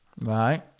right